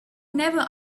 never